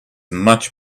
much